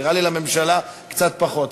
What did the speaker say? נראה לי שלממשלה קצת פחות.